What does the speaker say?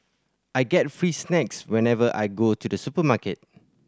I get free snacks whenever I go to the supermarket